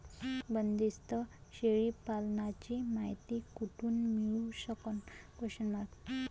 बंदीस्त शेळी पालनाची मायती कुठून मिळू सकन?